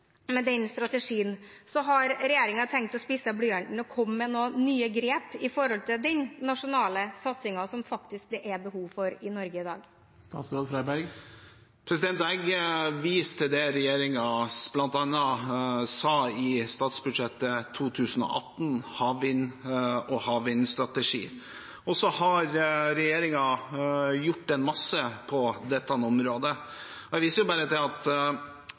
med den strategien. Har regjeringen tenkt å spisse blyanten og komme med noen nye grep med tanke på den nasjonale satsingen som det faktisk er behov for i Norge i dag? Jeg viser til det regjeringen bl.a. sa i forbindelse med statsbudsjettet 2018 om havvind og havvindstrategi. Så har regjeringen gjort mye på dette området. Jeg viser til at havvind er ett av satsingsområdene til